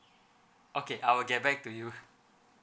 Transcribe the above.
okay I will get back to you